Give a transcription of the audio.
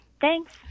thanks